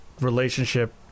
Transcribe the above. relationship